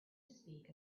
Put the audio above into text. speak